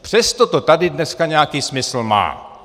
Přesto to tady dneska nějaký smysl má.